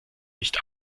nicht